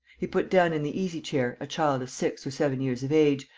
he put down in the easy-chair a child of six or seven years of age,